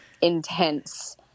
intense